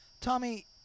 Tommy